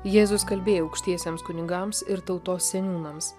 jėzus kalbėjo aukštiesiems kunigams ir tautos seniūnams